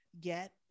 get